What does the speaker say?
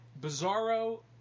Bizarro